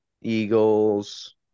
Eagles